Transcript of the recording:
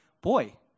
boy